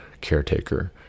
caretaker